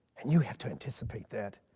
and you have to anticipate that,